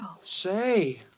Say